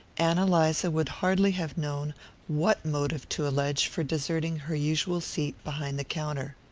ann eliza would hardly have known what motive to allege for deserting her usual seat behind the counter.